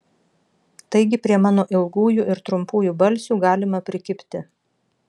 taigi prie mano ilgųjų ir trumpųjų balsių galima prikibti